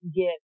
get